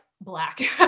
black